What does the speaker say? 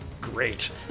great